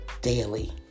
daily